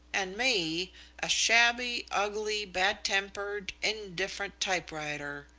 and me a shabby, ugly, bad-tempered, indifferent typewriter.